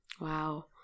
Wow